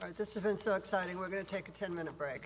for this event so exciting we're going to take a ten minute break